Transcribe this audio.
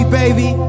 baby